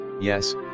yes